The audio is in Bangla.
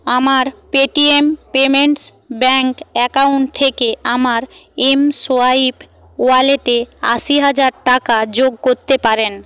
আমার পেটিএম পেমেন্টস ব্যাঙ্ক অ্যাকাউন্ট থেকে আমার এমসোয়াইপ ওয়ালেটে আশি হাজার টাকা যোগ করতে পারেন